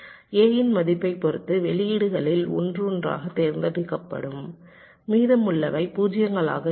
A இன் மதிப்பைப் பொறுத்து வெளியீடுகளில் ஒன்று ஒன்றாகத் தேர்ந்தெடுக்கப்படும் மீதமுள்ளவை பூஜ்ஜியங்களாக இருக்கும்